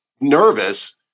nervous